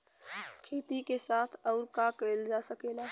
खेती के साथ अउर का कइल जा सकेला?